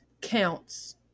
counts